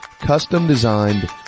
Custom-designed